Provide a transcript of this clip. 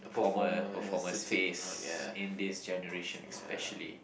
performer performers face in this generation especially